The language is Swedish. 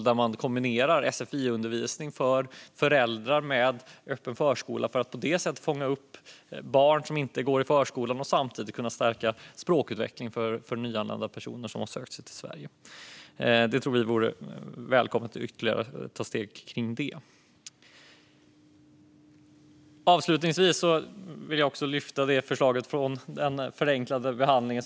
Där kombinerar man sfi-undervisning för föräldrar med öppen förskola för att på det sättet fånga upp barn som inte går i förskolan och samtidigt kunna stärka språkutvecklingen för nyanlända personer som har sökt sig till Sverige. Vi tror att det vore välkommet att ta ytterligare steg kring det. Avslutningsvis vill jag lyfta ett förslag från den förenklade behandlingen.